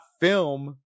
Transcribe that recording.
film